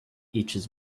itches